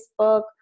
Facebook